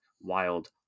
wild